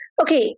Okay